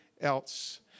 else